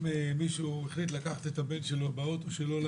אם מישהו החליט לקחת את הבן שלו לבסיס,